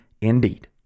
indeed